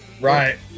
Right